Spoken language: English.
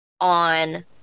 on